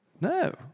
no